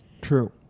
true